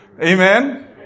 Amen